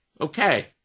okay